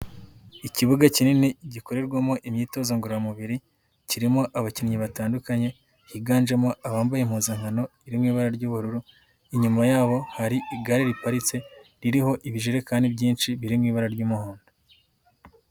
Ikibuga kinini gikorerwamo imyitozo ngororamubiri, kirimo abakinnyi batandukanye higanjemo abambaye impuzankano iri mu ibara ry'ubururu, inyuma yabo hari igare riparitse ririho ibijerekani byinshi, biri mu ibara ry'umuhondo.